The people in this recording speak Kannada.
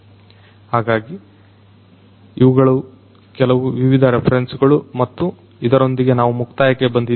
ಹಾಗಾಗಿ ಇವುಗಳು ಕೆಲವು ವಿವಿಧ ರೆಫರೆನ್ಸ್ ಗಳು ಮತ್ತು ಇದರೊಂದಿಗೆ ನಾವು ಮುಕ್ತಾಯಕ್ಕೆ ಬಂದಿದ್ದೇವೆ